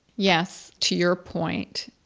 yes, to your point,